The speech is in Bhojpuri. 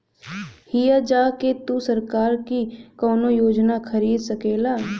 हिया जा के तू सरकार की कउनो योजना खरीद सकेला